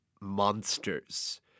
monsters